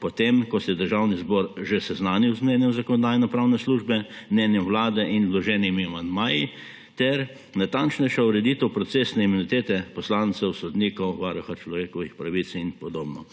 potem ko se je Državni zbor že seznanil z mnenjem Zakonodajno-pravne službe, mnenjem Vlade in vloženimi amandmaji; ter natančnejša ureditev procesne imunitete poslancev, sodnikov, varuha človekovih pravic in podobno.